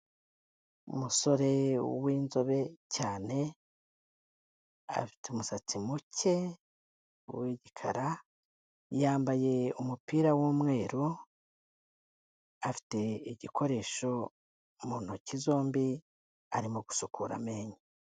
Umusore w'inzobe cyane, afite umusatsi muke w'igikara, yambaye umupira w'umweru, afite igikoresho mu ntoki zombi, arimo gusukura amenyo.